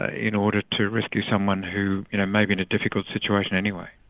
ah in order to rescue someone who you know may be in a difficult situation anyway.